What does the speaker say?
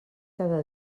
cada